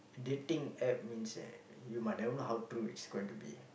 dating App means that you might never know how true it's going to be